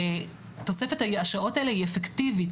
תוספת השעות האלה היא אפקטיבית,